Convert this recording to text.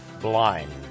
Blind